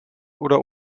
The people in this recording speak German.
oder